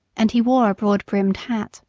and he wore a broad-brimmed hat.